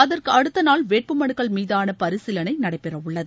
அதற்கு அடுத்த நாள் வேட்புமனுக்கள் மீதான பரிசீலனை நடைபெற உள்ளது